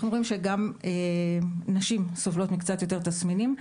אנחנו רואים שגם נשים סובלות מיותר תסמינים.